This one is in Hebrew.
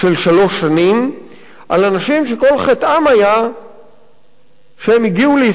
שנים לאנשים שכל חטאם היה שהם הגיעו לישראל,